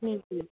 जी जी